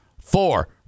four